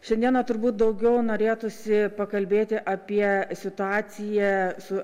šiandieną turbūt daugiau norėtųsi pakalbėti apie situaciją su